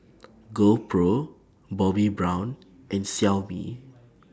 GoPro Bobbi Brown and Xiaomi